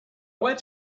want